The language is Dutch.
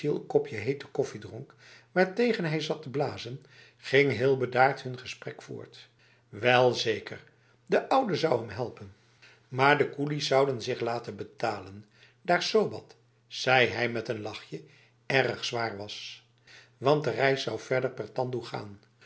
kop hete koffie dronk waartegen hij zat te blazen ging heel bedaard hun gesprek voort welzeker de oude zou hem helpen maar de koelies zouden zich laten betalen daar sobat zei hij met een lachje erg zwaar was want de reis zou verder per tandoe gaan